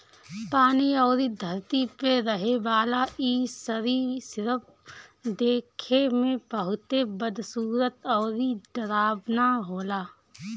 पानी अउरी धरती पे रहेवाला इ सरीसृप देखे में बहुते बदसूरत अउरी डरावना होला